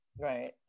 right